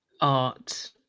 art